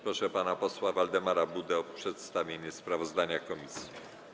Proszę pana posła Waldemar Budę o przedstawienie sprawozdania komisji.